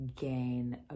gain